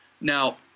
Now